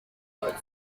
locali